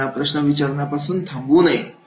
त्यांना प्रश्न विचारण्यापासून थांबू नये